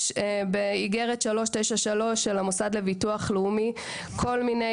באיגרת 393 של המוסד לביטוח לאומי יש כל מיני